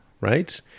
right